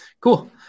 cool